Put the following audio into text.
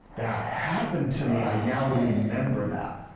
that happened to me, i now remember that.